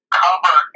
cover